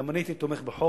גם אני הייתי תומך בחוק.